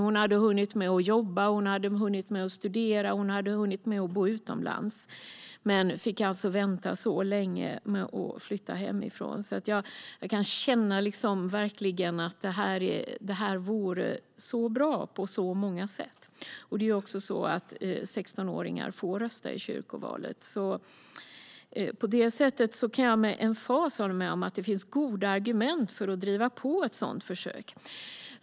Hon hade då hunnit med att jobba, att studera, att flytta hemifrån och att bo utomlands. Men hon fick alltså vänta så länge med att rösta. Jag kan verkligen känna att detta vore bra på så många sätt. 16-åringar får ju också rösta i kyrkovalet. Jag kan alltså med emfas hålla med om att det finns goda argument för att driva på ett sådant försök.